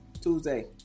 Tuesday